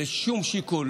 ושום שיקול,